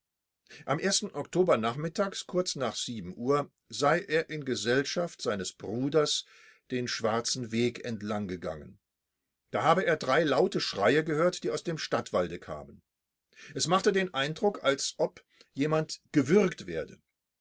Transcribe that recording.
am oktober nachmittags kurz nach uhr sei er in gesellschaft seines bruders den schwarzen weg entlang gegangen da habe er drei laute schreie gehört die aus dem stadtwalde kamen es machte den eindruck als ob jemand gewürgt werde